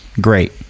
great